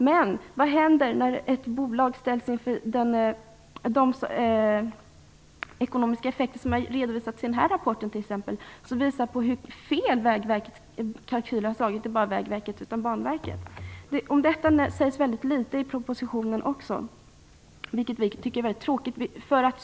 Men vad händer när ett bolag ställs inför de ekonomiska effekter som har redovisats i den här rapporten. Den visar på hur fel Vägverkets kalkyler har slagit, och inte bara Vägverkets utan även Banverkets. Om detta sägs väldigt litet i propositionen också. Det tycker vi är mycket tråkigt.